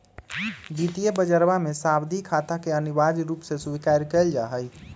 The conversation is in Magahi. वित्तीय बजरवा में सावधि खाता के अनिवार्य रूप से स्वीकार कइल जाहई